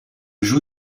joue